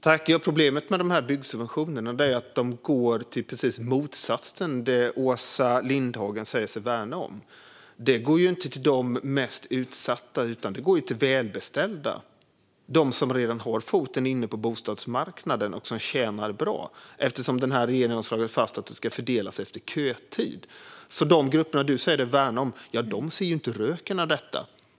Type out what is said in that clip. Fru talman! Problemet med dessa byggsubventioner är att de går till det som är motsatsen till det som Åsa Lindhagen säger sig värna om. De går inte till de mest utsatta utan till välbeställda, till dem som redan har foten inne på bostadsmarknaden och som tjänar bra, eftersom denna regering har slagit fast att bostäderna ska fördelas efter kötid. De grupper som du säger dig värna om, Åsa Lindhagen, ser inte röken av dem.